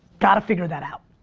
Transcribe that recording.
gotta figure that out,